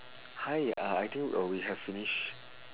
hi I I think uh we have finished